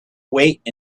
wait